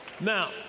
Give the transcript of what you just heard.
Now